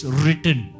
written